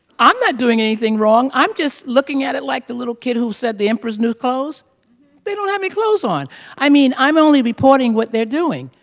i'm not doing anything wrong. i'm just looking at it like the little kid who said the emperor's new clothes they don't have any clothes on i mean, i'm only reporting what they're doing.